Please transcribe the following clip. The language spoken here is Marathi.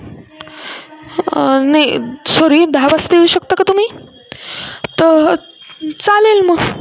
नाही सॉरी दहा वाजता येऊ शकता का तुम्ही चालेल मग